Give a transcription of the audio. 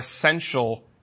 essential